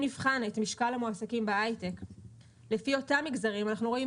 אם נבחן את מספר המועסקים בהייטק לפי אותם מגזרים אנחנו נראה,